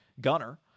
gunner